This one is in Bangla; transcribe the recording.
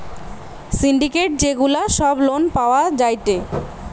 সিন্ডিকেট যে গুলা সব লোন পাওয়া যায়টে